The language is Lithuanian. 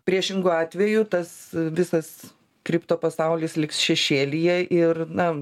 priešingu atveju tas visas kriptopasaulis liks šešėlyje ir na